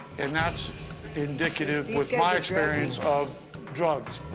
and that's indicative with my experience of drugs.